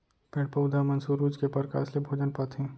पेड़ पउधा मन सुरूज के परकास ले भोजन पाथें